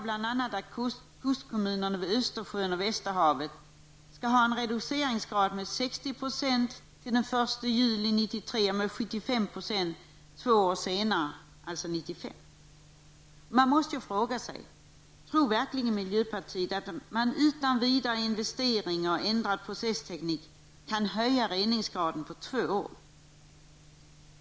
1993 och med 75 % två år senare. Tror verkligen miljöpartiet att man utan vidare investeringar och ändrad processteknik kan höja reningsgraden på två år?